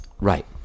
Right